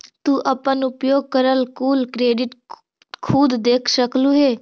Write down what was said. तू अपन उपयोग करल कुल क्रेडिट खुद देख सकलू हे